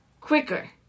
quicker